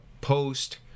post